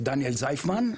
פרופ' דניאל זייפמן,